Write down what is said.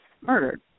murdered